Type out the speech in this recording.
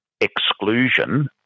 exclusion